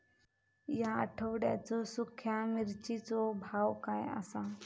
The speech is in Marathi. या आठवड्याचो सुख्या मिर्चीचो भाव काय आसा?